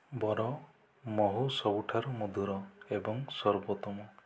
ବର ମହୁ ସବୁଠାରୁ ମଧୁର ଏବଂ ସର୍ବୋତ୍ତମ